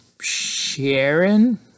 Sharon